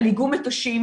על איגום מטושים,